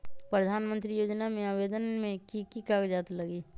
प्रधानमंत्री योजना में आवेदन मे की की कागज़ात लगी?